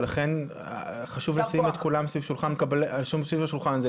ולכן כניסנו את כולם סביב השולחן הזה,